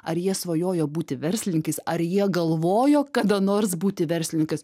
ar jie svajojo būti verslininkais ar jie galvojo kada nors būti verslininkais